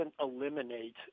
eliminate